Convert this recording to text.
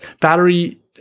battery